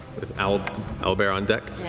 with owlbear owlbear on deck.